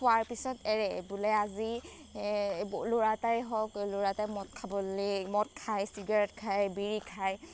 খোৱাৰ পিছত এৰে বোলে আজি ল'ৰা এটাই হওক ল'ৰা এটাই মদ খাবলৈ মদ খায় চিগাৰেট খায় বিৰি খায়